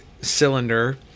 cylinder